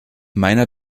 meiner